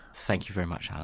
thank you very much, alan.